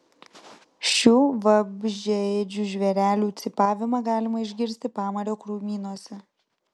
šių vabzdžiaėdžių žvėrelių cypavimą galima išgirsti pamario krūmynuose